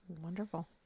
Wonderful